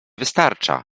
wystarcza